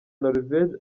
norvege